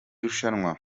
rushanwa